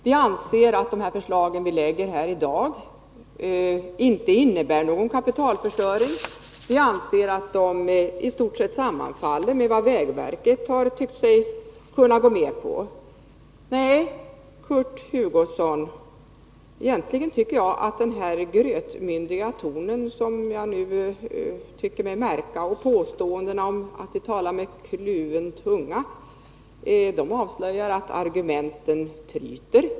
Vi anser inte att de förslag som vi lägger fram här i dag innebär någon kapitalförstöring, och vi anser att de på flera punkter nära sammanfaller med vad vägverket tycker sig kunna gå med på. Nej, Kurt Hugosson, den här grötmyndiga tonen, som jag nu tycker mig märka, och påståendena om att vi talar med kluven tunga avslöjar egentligen att argumenten tryter.